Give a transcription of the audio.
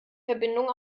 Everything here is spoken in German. verbindung